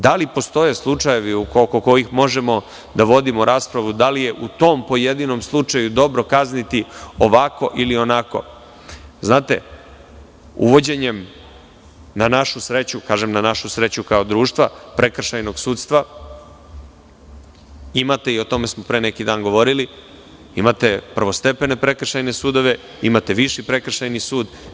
Da li postoje slučajevi oko kojih možemo da vodimo raspravu da li je u tom pojedinom slučaju dobro kazniti ovako ili onako – znate, uvođenjem, na našu sreću, kažem na našu sreću kao društva, prekršajnog sudstva, imate i o tome smo pre neki dan govorili, imate prvostepene prekršajne sudove, imate viši prekršajni sud.